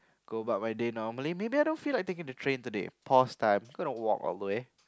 go about my day normally maybe I don't feel like taking the train today pause time gonna walk all the way